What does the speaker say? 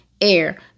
air